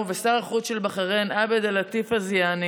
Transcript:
לשר החוץ של בחריין עבד א-לטיף א-זיאני,